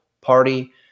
party